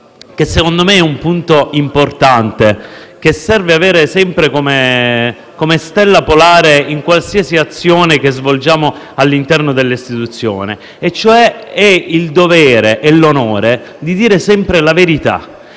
che secondo me è importante avere sempre come stella polare in qualsiasi azione che svolgiamo all'interno delle istituzioni: mi riferisco al dovere e all'onore di dire sempre la verità.